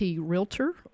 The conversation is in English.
Realtor